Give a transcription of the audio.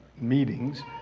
meetings